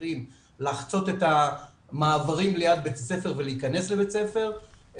צעירים לחצות את המעברים לבית בית הספר ולהיכנס לבית הספר,